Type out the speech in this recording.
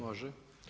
Može.